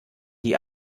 die